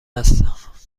هستم